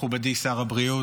מכובדי שר הבריאות,